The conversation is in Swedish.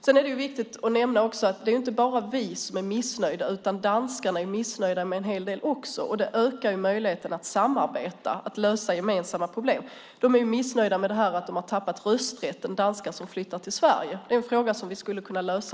Det är viktigt att nämna att det inte bara är vi som är missnöjda. Även danskarna är missnöjda med en hel del. Det ökar möjligheten att samarbeta och lösa gemensamma problem. Danskar som har flyttat till Sverige är missnöjda med att de har tappat rösträtten. Det är en fråga som vi också skulle kunna lösa.